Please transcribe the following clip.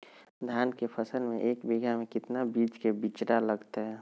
धान के फसल में एक बीघा में कितना बीज के बिचड़ा लगतय?